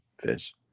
fish